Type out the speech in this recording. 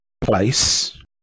place